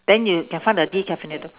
then you can find the decaffeinated